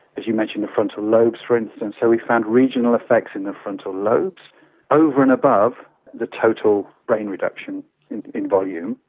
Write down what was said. as you mentioned, the frontal lobes, for instance, so we found regional effects in the frontal lobes over and above the total brain reduction in volume.